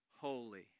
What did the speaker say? holy